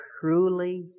truly